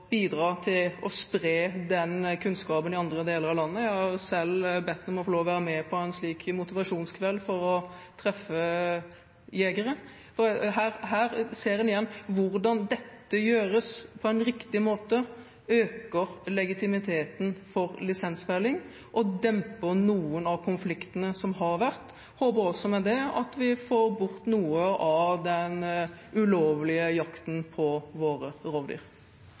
bidra til å spre den kunnskapen til andre deler av landet. Jeg har selv bedt om å få lov til å være med på en motivasjonskveld for å treffe jegere. Her ser en det igjen: Hvis dette gjøres på en riktig måte, økes legitimiteten for lisensfelling og dempes noen av konfliktene som har vært. Jeg håper vi også med det får bort noe av den ulovlige jakten på våre rovdyr.